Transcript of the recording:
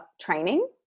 training